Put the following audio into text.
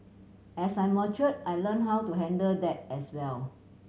as I mature I learnt how to handle that as well